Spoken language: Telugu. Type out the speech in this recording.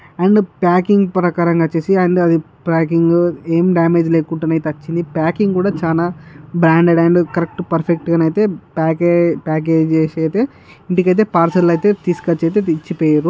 అండ్ ప్యాకింగ్ ప్రకారంగా అచ్చేసి అండ్ అది ప్యాకింగు ఏం డ్యామేజ్ లేకుండానైతే వచ్చింది ప్యాకింగ్ కూడా చాలా బ్రాండెడ్ కరెక్ట్ పర్ఫెక్ట్గానైతే ప్యాకే ప్యాకెజ్ చేసి అయితే ఇంటికి అయితే పార్సెల్ అయితే తీసుకొచ్చి అయితే దించి పోయిర్రు